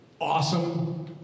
awesome